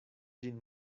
ĝin